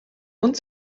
und